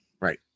Right